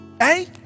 hey